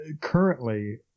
currently